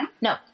No